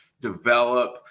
develop